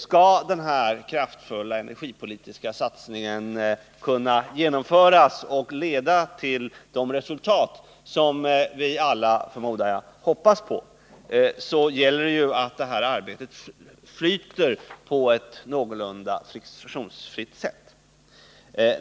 Skall denna kraftfulla energipolitiska satsning kunna genomföras och leda till de resultat som vi alla, förmodar jag, hoppas på gäller det att arbetet flyter på ett någorlunda friktionsfritt sätt.